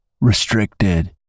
restricted